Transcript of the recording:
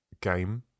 game